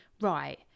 right